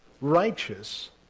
Righteous